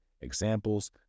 examples